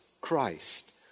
Christ